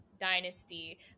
dynasty